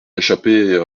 échapper